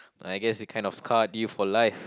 I guess it kind of scarred you for life